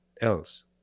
else